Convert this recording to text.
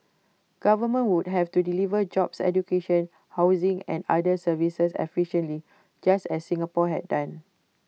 governments would have to deliver jobs education housing and other services efficiently just as Singapore had done